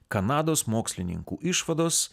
kanados mokslininkų išvados